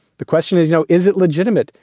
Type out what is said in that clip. the question is no. is it legitimate?